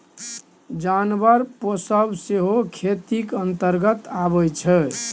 जानबर पोसब सेहो खेतीक अंतर्गते अबै छै